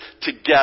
together